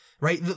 right